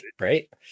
right